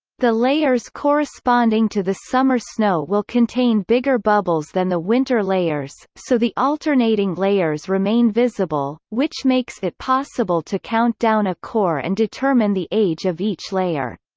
the layers corresponding to the summer snow will contain bigger bubbles than the winter layers, so the alternating layers remain visible, which makes it possible to count down a core and determine the age of each layer.